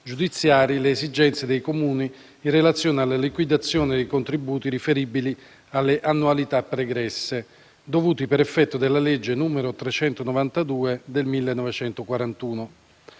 giudiziari - le esigenze dei Comuni in relazione alla liquidazione dei contributi riferibili alle annualità pregresse, dovuti per effetto della legge n. 392 del 1941.